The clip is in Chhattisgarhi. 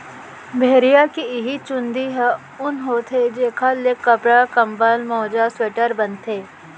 भेड़िया के इहीं चूंदी ह ऊन होथे जेखर ले कपड़ा, कंबल, मोजा, स्वेटर बनथे